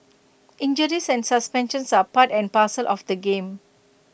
injuries and suspensions are part and parcel of the game